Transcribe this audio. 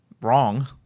wrong